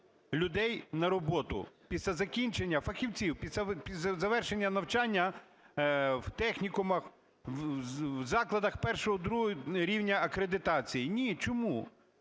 людей на роботу після закінчення, фахівців після завершення навчання в технікумах, в закладах І-ІІ рівня акредитацій. Ні. Чому?